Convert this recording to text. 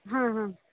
ಹಾಂ ಹಾಂ